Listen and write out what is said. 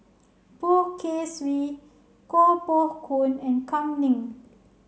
Poh Kay Swee Koh Poh Koon and Kam Ning